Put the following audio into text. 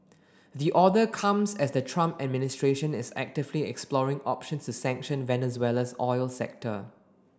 the order comes as the Trump administration is actively exploring options to sanction Venezuela's oil sector